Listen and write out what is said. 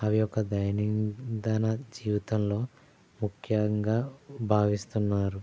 అవి ఒక దయన్నిదన జీవితంలో ముఖ్యంగా భావిస్తున్నారు